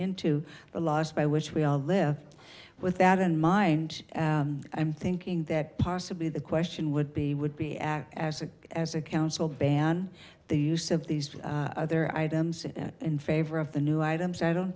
into the laws by which we all live with that in mind i'm thinking that possibly the question would be would be act as a as a council ban the use of these other items in favor of the new items i don't